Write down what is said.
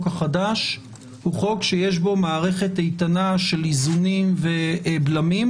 החדש הוא חוק שיש בו מערכת איתנה של איזונים ובלמים,